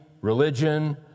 religion